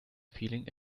feeling